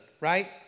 right